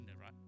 right